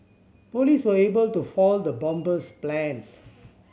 police were able to foil the bomber's plans